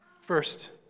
First